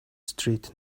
street